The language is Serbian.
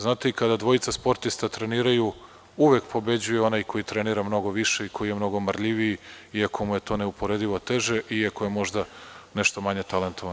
Znate, kada dvojica sportista treniraju uvek pobeđuje onaj koji trenira mnogo više i koji je mnogo marljiviji, iako mu je to neuporedivo teže i ako je možda nešto manje talentovan.